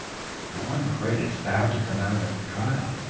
though i'm afraid it's bound to come out at the trial.